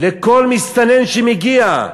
לכל מסתנן שמגיע,